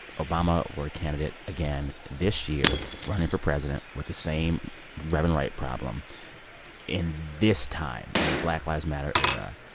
obama were a candidate again this year running for president with the same reverend wright problem in this time, in the black lives matter era,